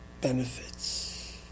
benefits